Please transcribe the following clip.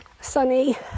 sunny